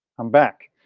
i'm back.